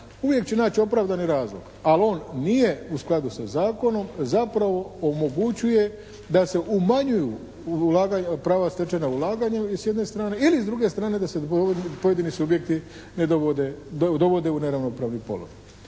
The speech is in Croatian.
uvijek će naći opravdani razlog, ali on nije u skladu sa zakonom zapravo omogućuje da se umanjuju ulaganja, prava stečena ulaganjem s jedne strane, ili s druge strane da se pojedini subjekti ne dovode, dovode u neravnopravni položaj.